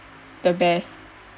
the best